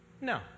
No